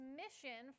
mission